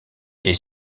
est